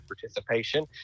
participation